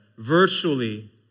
Virtually